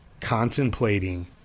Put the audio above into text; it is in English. contemplating